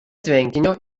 tvenkinio